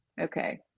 Okay